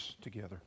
together